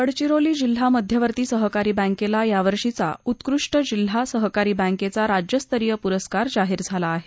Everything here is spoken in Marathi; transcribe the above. गडचिरोली जिल्हा मध्यवर्ती सहकारी बँकेला यावर्षीचा उत्कृष्ठ जिल्हा सहकारी बँकेचा राज्यस्तरीय पुरस्कार जाहीर झाला आहे